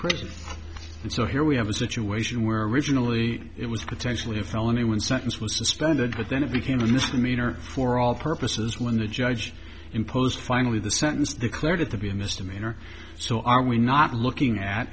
prison and so here we have a situation where originally it was potentially a felony when sentence was suspended but then it became a misdemeanor for all purposes when the judge imposed finally the sentence declared it to be a misdemeanor so are we not looking at